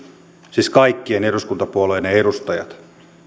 siis kaikkien eduskuntapuolueiden edustajat